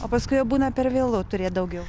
o paskui jau būna per vėlu turėt daugiau